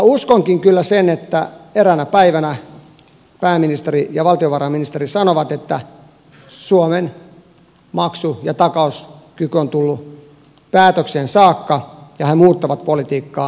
uskonkin kyllä sen että eräänä päivänä pääministeri ja valtiovarainministeri sanovat että suomen maksu ja takauskyky on tullut päätökseen saakka ja he muuttavat politiikkaa